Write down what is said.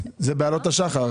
זה בעלות השחר.